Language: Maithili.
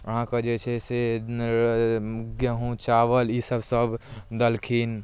अहाँ कऽ जे छै से गेँहू चावल ईसब सब देलखिन